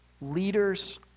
leaders